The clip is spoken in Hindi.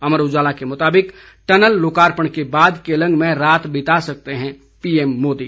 अमर उजाला के मुताबिक टनल लोकार्पण के बाद केलांग में रात बिता सकते हैं पीएम मोदी